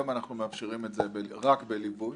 רק בליווי.